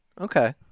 Okay